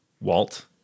Walt